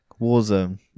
Warzone